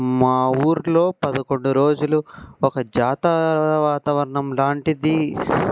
మా ఊరిలో పదకొండు రోజులు ఒక జాతర వాతావరణం లాంటిది